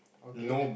okay